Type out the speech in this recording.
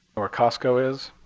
where costco is.